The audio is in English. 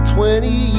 Twenty